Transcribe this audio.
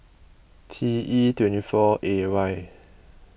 T E twenty four A Y